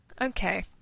okay